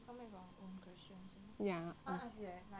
ya eh